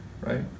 right